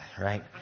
right